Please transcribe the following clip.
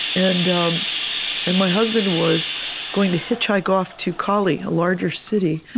and um and my husband was going to hitchhike off to cali, a larger city,